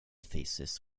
thesis